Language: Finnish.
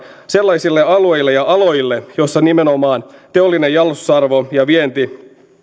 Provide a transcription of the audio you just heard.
sellaisille alueille ja aloille joissa nimenomaan teollinen jalostusarvo ja vienti ovat